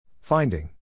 Finding